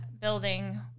building